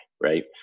right